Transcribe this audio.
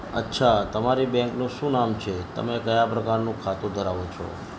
અચ્છા તમારી બેન્કનું શું નામ છે તમે કયા પ્રકારનું ખાતું ધરાવો છો